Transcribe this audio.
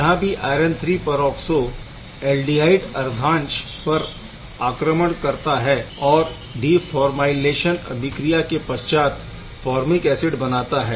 यहाँ भी iron III peroxo aldehyde अर्धांश पर आक्रमण करता है और डीफॉरमाइलेशन अभिक्रिया के पश्चात फॉरमिक ऐसिड बनाता है